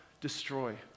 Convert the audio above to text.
destroy